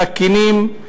סכינים.